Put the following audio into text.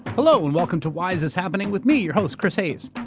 hello and welcome to why is this happening with me, your host, chris hayes.